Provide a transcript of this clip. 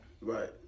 right